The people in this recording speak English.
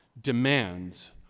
demands